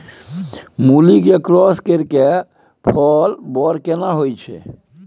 मूली के क्रॉस करिये के फल बर केना होय छै?